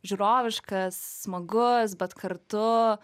žiūroviškas smagus bet kartu